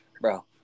bro